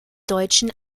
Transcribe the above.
deutschen